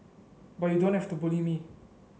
but you don't have to bully me